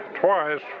twice